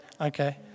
Okay